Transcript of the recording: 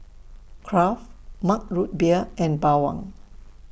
Kraft Mug Root Beer and Bawang